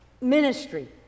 ministry